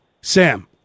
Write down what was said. Sam